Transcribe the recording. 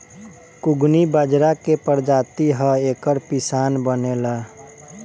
कुगनी बजरा के प्रजाति ह एकर पिसान बनेला